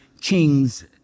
King's